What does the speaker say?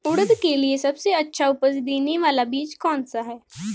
उड़द के लिए सबसे अच्छा उपज देने वाला बीज कौनसा है?